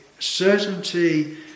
certainty